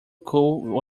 cool